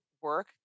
work